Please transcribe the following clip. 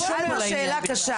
שאלת שאלה קשה.